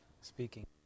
speaking